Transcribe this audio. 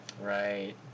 Right